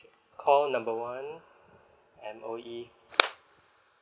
okay call number one M_O_E